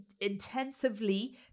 intensively